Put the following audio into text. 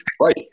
Right